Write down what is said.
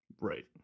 right